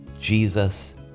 Jesus